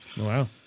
Wow